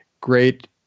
great